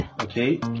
Okay